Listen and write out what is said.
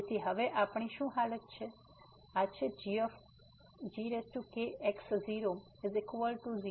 તેથી હવે આપણી શું હાલત છે gx00k01ngn1x0n1